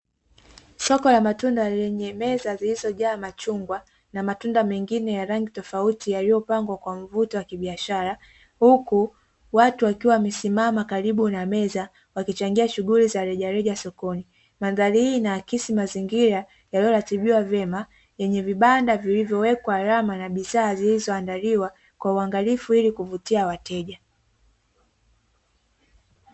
Soko la matunda yenye meza zilizojaa machungwa na matunda mengine ya rangi tofauti yaliyopangwa kwa mvuto wa kibiashara, huku watu wakiwa wamesimama karibu na meza wakichangia shughuli za rejareja sokoni, mandhari hii inaakisi mazingira yaliyolatibiwa vyema yenye vibanda vilivyowekwa alama ya zaandaliwa kwa uangalifu ili kuvutia wateja